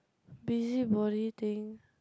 busybody thing